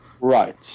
Right